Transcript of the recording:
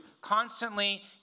constantly